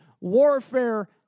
warfare